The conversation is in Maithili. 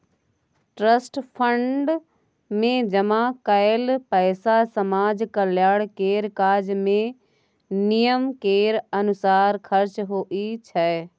ट्रस्ट फंड मे जमा कएल पैसा समाज कल्याण केर काज मे नियम केर अनुसार खर्च होइ छै